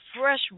fresh